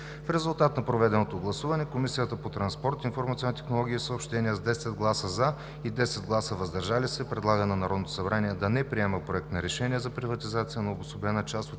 В резултат на проведеното гласуване Комисията по транспорт, информационни технологии и съобщения с 10 гласа „за“ и 10 гласа „въздържали се“ предлага на Народното събрание да не приема Проект на решение за приватизация на обособена част от